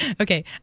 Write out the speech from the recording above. okay